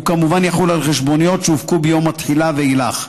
והוא כמובן יחול על חשבוניות שהופקו מיום התחילה ואילך.